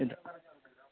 ഇത്